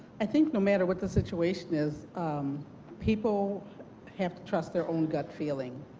i think no matter what the situation is people have to trust their own gut feeling.